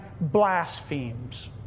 blasphemes